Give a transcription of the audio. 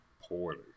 poorly